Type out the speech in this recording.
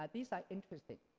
um these are interesting.